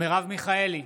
מרב מיכאלי,